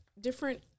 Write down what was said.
different